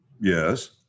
Yes